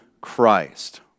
Christ